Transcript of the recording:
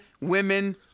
women